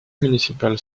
municipal